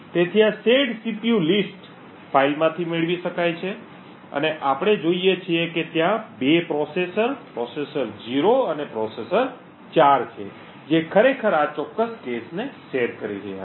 તેથી આ shared CPU લિસ્ટshared cpu list ફાઇલમાંથી મેળવી શકાય છે અને આપણે જોઈએ છીએ કે ત્યાં ૨ પ્રોસેસર પ્રોસેસર 0 અને પ્રોસેસર 4 છે જે ખરેખર આ ચોક્કસ cache ને શેર કરી રહ્યાં છે